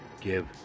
give